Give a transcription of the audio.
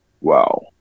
Wow